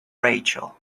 rachel